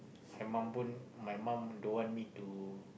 my mum pun my mum don't want me to